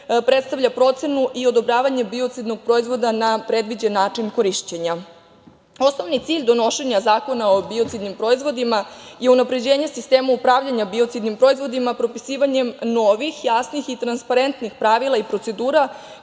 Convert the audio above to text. predstavlja procenu i odobravanje biocidnog proizvoda na predviđen način korišćenja. Osnovni cilj donošenja Zakona o biocidnim proizvodima je unapređenje sistema upravljanja biocidnim proizvodima propisivanjem novih jasnih i transparentnih previla i procedura